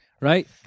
right